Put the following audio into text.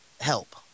help